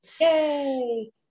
yay